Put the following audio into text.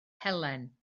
helen